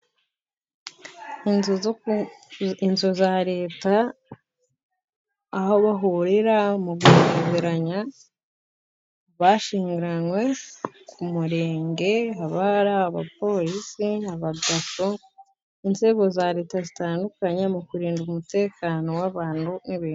Inzu za leta, aho bahurira mu gusezeranya abashyingiranywe ku murenge, haba hari abapolisi, aba daso, inzego za leta zitandukanye, mu kurinda umutekano w'abantu n'ibintu.